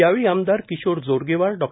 यावेळी आमदार किशोर जोरगेवार डॉ